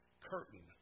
curtain